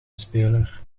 speler